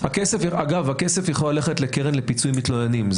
אגב, הכסף יכול ללכת לקרן לפיצוי מתלוננים.